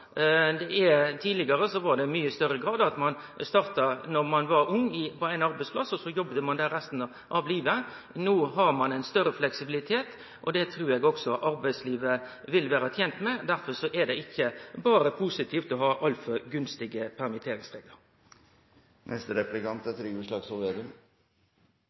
Tidlegare var det i mykje større grad slik at ein starta då ein var ung på ein arbeidsplass, og så jobba ein der resten av livet. No må ein ha større fleksibilitet, og det trur eg òg arbeidslivet vil vere tent med. Derfor er det ikkje berre positivt å ha altfor gunstige